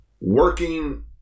working